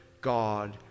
God